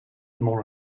more